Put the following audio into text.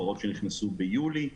הוראות שנכנסו ביולי,